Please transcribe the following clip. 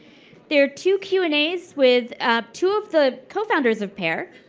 there are two q and as with two of the cofounders of pair.